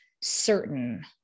certain